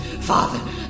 father